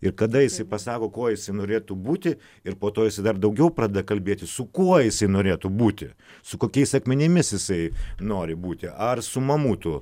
ir kada jisai pasako kuo jis norėtų būti ir po to jis dar daugiau pradeda kalbėti su kuo jis norėtų būti su kokiais akmenimis jisai nori būti ar su mamutų